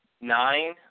nine